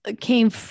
came